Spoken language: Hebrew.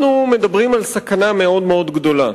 אנחנו מדברים על סכנה מאוד גדולה.